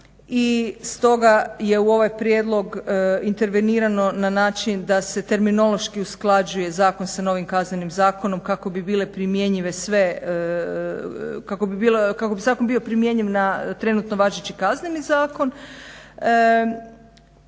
stoga je u ovaj prijedlog intervenirano na način da se terminološki usklađuje zakona sa novim Kaznenim zakonom kako bi zakon bio primjenjiv na trenutno važeći Kazneni zakon.